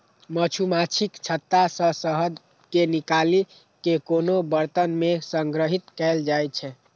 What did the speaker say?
मछुमाछीक छत्ता सं शहद कें निकालि कें कोनो बरतन मे संग्रहीत कैल जाइ छै